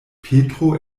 petro